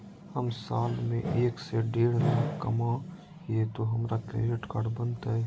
हम साल में एक से देढ लाख कमा हिये तो हमरा क्रेडिट कार्ड बनते?